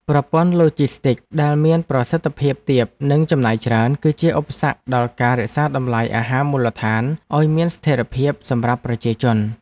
ប្រព័ន្ធឡូជីស្ទិកដែលមានប្រសិទ្ធភាពទាបនិងចំណាយច្រើន គឺជាឧបសគ្គដល់ការរក្សាតម្លៃអាហារមូលដ្ឋានឱ្យមានស្ថិរភាពសម្រាប់ប្រជាជន។